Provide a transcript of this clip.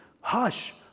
hush